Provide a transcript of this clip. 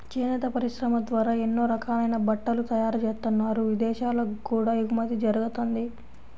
చేనేత పరిశ్రమ ద్వారా ఎన్నో రకాలైన బట్టలు తయారుజేత్తన్నారు, ఇదేశాలకు కూడా ఎగుమతి జరగతంది